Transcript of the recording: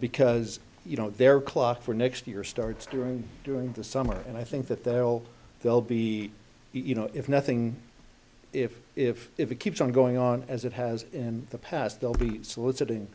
because you know there clock for next year starts during during the summer and i think that they're all they'll be even if nothing if if if it keeps on going on as it has in the past they'll be soliciting